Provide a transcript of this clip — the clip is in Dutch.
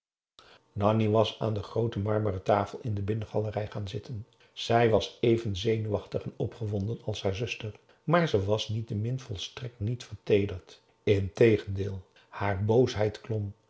nanni was aan de groote marmeren tafel in de binnengalerij gaan zitten zij was even zenuwachtig en opgewonden als haar zuster maar ze was niettemin volstrekt niet verteederd integendeel haar boosheid